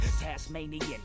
Tasmanian